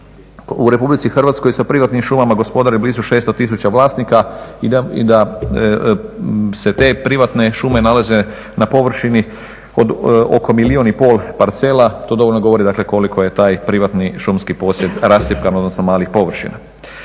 podsjetiti da u RH sa privatnim šumama gospodari blizu 600 tisuća vlasnika i da se te privatne šume nalaze na površini od oko milijun i pol parcela. To dovoljno govorili koliko je taj privatni posjed rascjepkan odnosno malih površina.